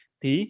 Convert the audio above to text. thì